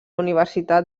universitat